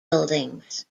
buildings